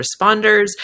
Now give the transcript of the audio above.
Responders